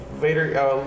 Vader